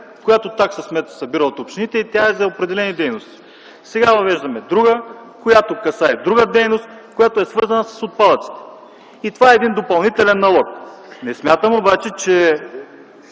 „Смет” се събира от общините и тя е за определени дейности. Сега въвеждаме друга, която касае друга дейност, която е свързана с отпадъците, и това е един допълнителен налог. Не смятам обаче, че